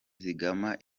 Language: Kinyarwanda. zigama